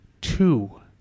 two